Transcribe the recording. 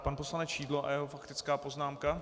Pan poslanec Šidlo a jeho faktická poznámka.